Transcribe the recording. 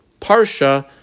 parsha